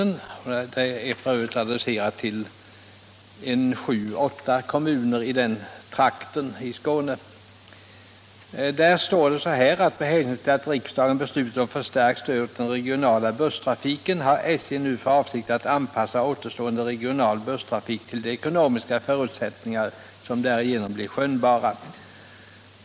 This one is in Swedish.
Skrivelsen är f. ö. adresserad till sju åtta kommuner i den del av Skåne som det gäller. I skrivelsen står det: ”Med hänsyn till att riksdagen beslutat om förstärkt stöd åt den regionala busstrafiken, har SJ nu för avsikt att anpassa återstående regional busstrafik till de ekonomiska förutsättningar, som därigenom blir skönjbara.